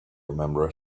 remember